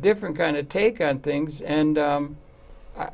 different kind of take on things and i